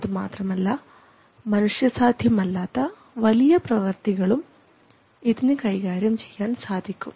അതുമാത്രമല്ല മനുഷ്യസാധ്യമല്ലാത്ത വലിയ പ്രവർത്തികളും ഇതിന് കൈകാര്യം ചെയ്യാൻ സാധിക്കും